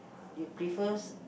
you prefers